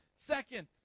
Second